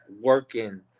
working